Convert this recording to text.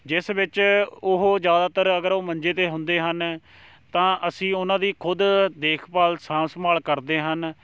ਜਿਸ ਵਿੱਚ ਉਹ ਜ਼ਿਆਦਾਤਰ ਅਗਰ ਉਹ ਮੰਜੇ 'ਤੇ ਹੁੰਦੇ ਹਨ ਤਾਂ ਅਸੀਂ ਉਹਨਾਂ ਦੀ ਖੁਦ ਦੇਖਭਾਲ ਸਾਂਭ ਸੰਭਾਲ ਕਰਦੇ ਹਨ